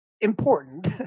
important